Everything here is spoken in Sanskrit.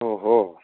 ओ हो